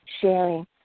sharing